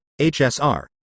HSR